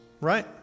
right